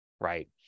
right